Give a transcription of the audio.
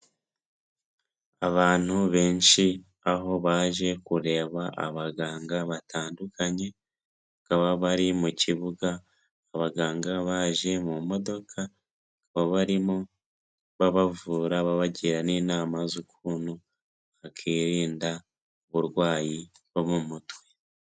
Abantu benshi aho baje kureba abaganga batandukanye, bakaba bari mu kibuga abaganga baje mu modoka bakaba barimo babavura babagira n'inama z'ukuntu bakirinda uburwayi bwo mu mutwe.